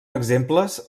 exemples